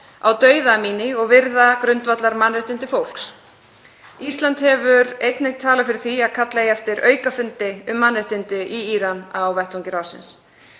á dauða Amini og virða grundvallarmannréttindi fólks. Ísland hefur einnig talað fyrir því að kalla eigi eftir aukafundi um mannréttindi í Íran á vettvangi ráðsins.